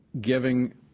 giving